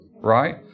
right